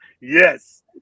yes